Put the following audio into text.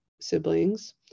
siblings